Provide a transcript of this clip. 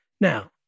Now